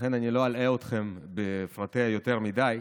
לכן אני לא אלאה אתכם בפרטיה יותר מדי.